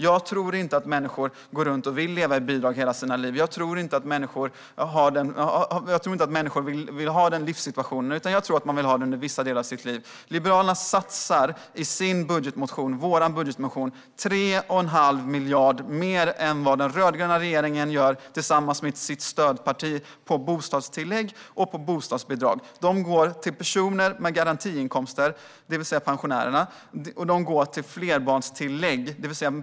Jag tror inte att människor går runt och vill leva på bidrag hela livet. Jag tror inte att människor vill ha den livssituationen, utan jag tror att man vill ha den under vissa delar av sitt liv. Liberalerna satsar i budgetmotionen 3 1⁄2 miljarder mer än vad den rödgröna regeringen, tillsammans med sitt stödparti, gör på bostadstillägg och på bostadsbidrag. Dessa pengar går till personer med garantiinkomster - det vill säga pensionärer - och till flerbarnstillägg.